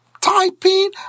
typing